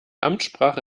amtssprache